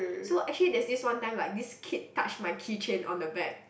so actually there's this one time like this kid touch my keychain on the bag